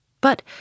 But